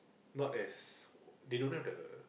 not as they don't have the